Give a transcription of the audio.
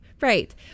Right